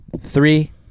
Three